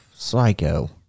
Psycho